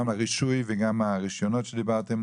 גם הרישוי וגם הרישיונות שדיברתם,